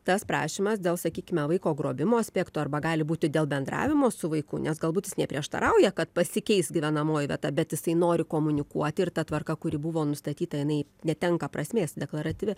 tas prašymas dėl sakykime vaiko grobimo aspektų arba gali būti dėl bendravimo su vaiku nes galbūt jis neprieštarauja kad pasikeis gyvenamoji vieta bet jisai nori komunikuoti ir ta tvarka kuri buvo nustatyta jinai netenka prasmės deklaratyvi